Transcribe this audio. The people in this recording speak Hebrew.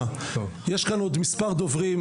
יש כאן עוד מספר דוברים,